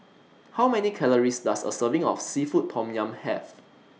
How Many Calories Does A Serving of Seafood Tom Yum Have